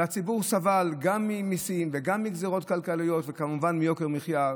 והציבור סבל גם ממיסים וגם מגזרות כלכליות וכמובן מיוקר המחיה.